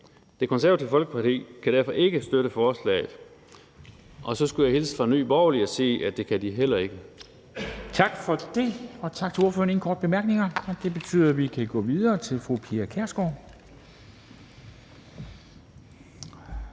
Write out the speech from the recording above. Det Konservative Folkeparti kan derfor ikke støtte forslaget. Og så skulle jeg hilse fra Nye Borgerlige og sige, at det kan de heller ikke.